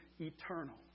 eternal